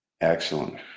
Excellent